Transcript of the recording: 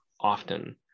often